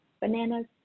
bananas